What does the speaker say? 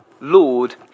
Lord